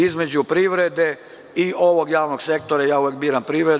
Između privrede i ovog javnog sektora ja uvek biram privredu.